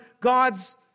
God's